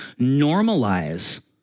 normalize